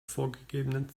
vorgegebenen